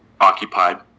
occupied